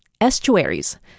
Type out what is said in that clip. Estuaries